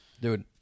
dude